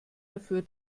dafür